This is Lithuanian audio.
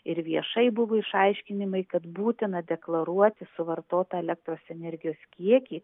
ir viešai buvo išaiškinimai kad būtina deklaruoti suvartotą elektros energijos kiekį